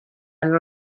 all